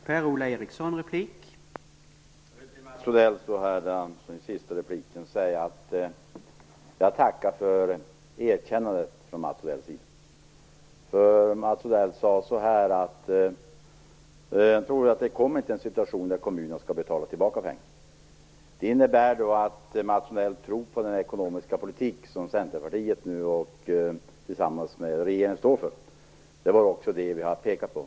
Herr talman! I den sista repliken till Mats Odell vill jag säga att jag tackar för erkännandet. Mats Odell sade att han inte tror att den situationen kommer att uppstå att kommunerna skall betala tillbaka pengarna. Det innebär att han tror på den ekonomiska politik som Centerpartiet och regeringen står för. Det är också det vi har pekat på.